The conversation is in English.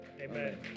Amen